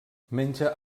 menja